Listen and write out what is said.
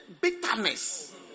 bitterness